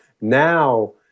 Now